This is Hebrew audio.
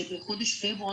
שבחודש פברואר,